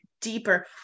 deeper